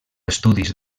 estudis